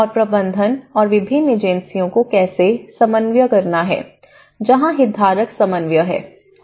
और प्रबंधन और विभिन्न एजेंसियों को कैसे समन्वय करना है जहां हितधारक समन्वय है